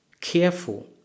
careful